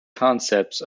concepts